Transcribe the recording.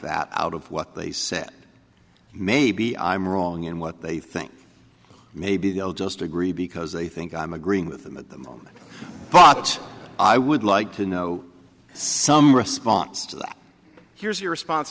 that out of what they said maybe i'm wrong in what they think maybe they'll just agree because they think i'm agreeing with them at the moment but i would like to know some response to that here's your response